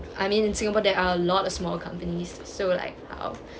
I mean in singapore that are lot of small companies so like